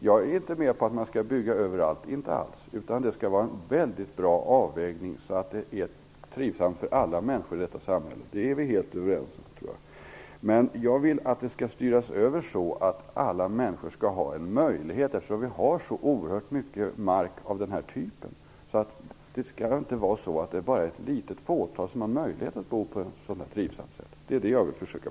Jag är inte alls med på att man skall bygga överallt, utan jag menar att det skall göras en mycket bra avvägning, så att det blir trivsamt för alla människor i samhället, och jag tror att vi är helt överens om det. Jag vill, eftersom vi har så oerhört mycket mark av denna typ, att alla människor -- inte bara ett fåtal -- skall ha en möjlighet att bo på ett så här trivsamt sätt.